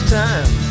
time